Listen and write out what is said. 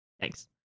thanks